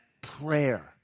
prayer